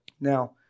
Now